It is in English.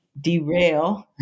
derail